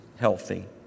healthy